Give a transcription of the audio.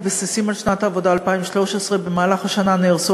המתבססים על שנת העבודה 2013. במהלך השנה נהרסו